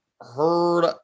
heard –